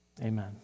Amen